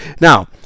Now